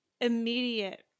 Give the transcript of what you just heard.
immediate